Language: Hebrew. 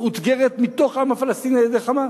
מאותגרת מתוך העם הפלסטיני על-ידי "חמאס".